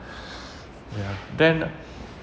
ya then